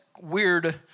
weird